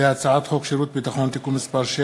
הצעת חוק שירות ביטחון (תיקון מס' 7